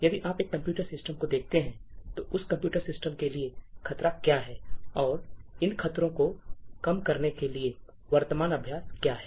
यदि आप एक कंप्यूटर सिस्टम को देखते हैं तो उस कंप्यूटर सिस्टम के लिए खतरे क्या हैं और इन खतरों को कम करने के लिए वर्तमान अभ्यास क्या हैं